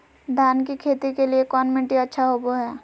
धान की खेती के लिए कौन मिट्टी अच्छा होबो है?